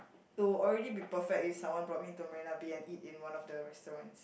to already be perfect is someone brought me to Marina-Bay and eat in one of the restaurants